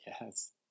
Yes